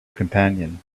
companion